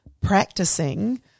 practicing